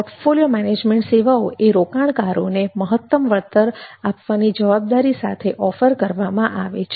portfolio સેવાઓ એ રોકાણકારોને મહત્તમ વળતર આપવાની જવાબદારી સાથે ઓફર કરવામાં આવે છે